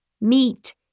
meet